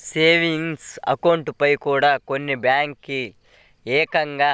savings అకౌంట్లపైన కూడా కొన్ని బ్యేంకులు ఏకంగా